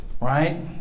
right